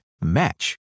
match